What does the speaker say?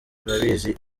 urabizi